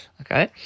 okay